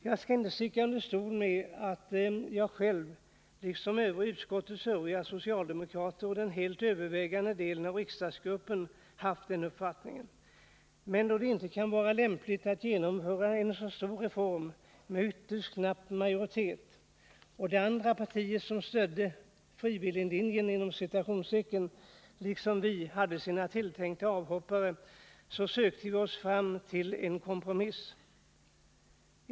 Jag skall inte sticka under stol med att jag själv liksom utskottets övriga socialdemokrater och den helt övervägande delen av riksdagsgruppen haft den senare uppfattningen. Men då det knappast är lämpligt att genomföra en så stor reform med ytterst knapp majoritet och det andra partiet som stödde ”frivilliglinjen” liksom vi hade sina tilltänkta ”avhoppare”, sökte vi oss fram till en kompromiss.